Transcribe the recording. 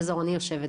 את יודעת, אני